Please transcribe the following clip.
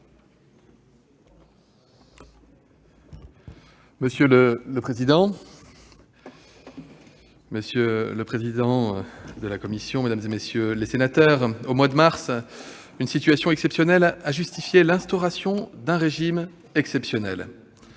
Monsieur le président, monsieur le rapporteur, mesdames, messieurs les sénateurs, au mois de mars dernier, une situation exceptionnelle a justifié l'instauration d'un régime exceptionnel.